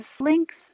links